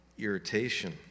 irritation